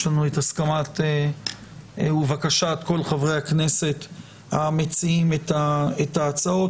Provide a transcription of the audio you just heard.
יש לנו הסכמת ובקשת כל חברי הכנסת המציעים את ההצעות.